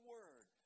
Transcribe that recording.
Word